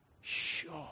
sure